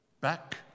Back